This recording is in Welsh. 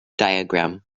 diagram